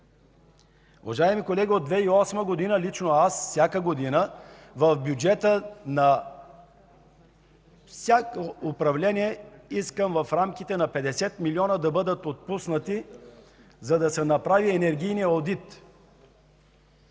Уважаеми колеги, от 2008 г. лично аз всяка година в бюджета на всяко управление искам в рамките на 50 милиона да бъдат отпуснати, за да се направи енергийният одит.